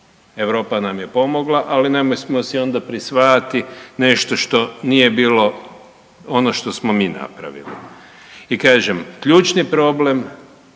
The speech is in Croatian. Europa nam je pomogla, ali nemojmo si onda prisvajati nešto što nije bilo ono što smo mi napravili. I kažem ključni problem